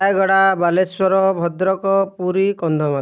Rayagada Balasore Bhadrak Puri Kandhamal